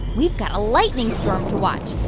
we've got a lightning storm to watch